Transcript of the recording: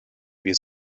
wir